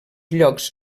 llocs